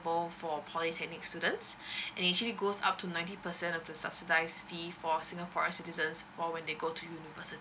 applicable for polytechnic students and it actually goes up to ninety percent of the subsidised fee for singaporean citizens for when they go to university